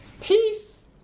Peace